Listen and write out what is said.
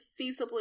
feasibly